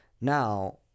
Now